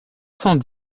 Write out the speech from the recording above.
cent